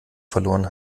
verloren